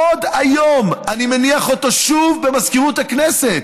עוד היום אני מניח אותו שוב במזכירות הכנסת.